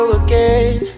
again